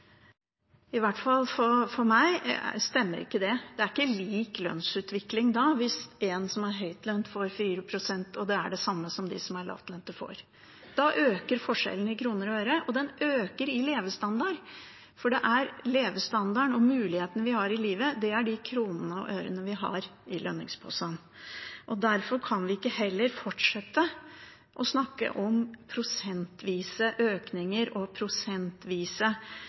for meg i hvert fall. Det er ikke lik lønnsutvikling hvis en som er høytlønt, får 4 pst., og det er det samme som de som er lavlønte, får. Da øker forskjellen i kroner og øre, og den øker i levestandard, for levestandarden og de mulighetene vi har i livet, er de kronene og ørene vi har i lønningsposen. Derfor kan vi heller ikke fortsette å snakke om prosentvise økninger